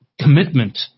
commitment